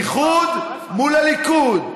איחוד מול הליכוד,